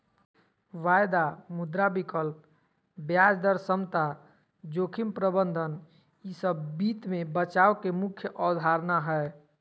वायदा, मुद्रा विकल्प, ब्याज दर समता, जोखिम प्रबंधन ई सब वित्त मे बचाव के मुख्य अवधारणा हय